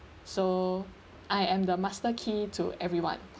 so I am the master key to everyone